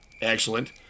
Excellent